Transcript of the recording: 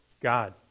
God